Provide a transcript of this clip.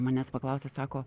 manęs paklausė sako